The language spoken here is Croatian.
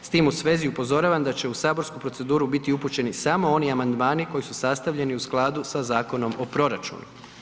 S tim u vezi upozoravam da će u saborsku proceduru biti upućeni samo oni amandmani koji su sastavljeni u skladu sa Zakonom o proračunu.